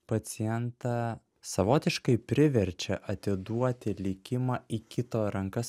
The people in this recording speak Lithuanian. pacientą savotiškai priverčia atiduoti likimą į kito rankas